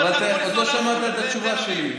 אבל אתה עוד לא שמעת את התשובה שלי.